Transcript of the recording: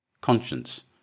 conscience